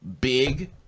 big